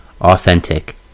authentic